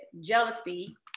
jealousy